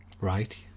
right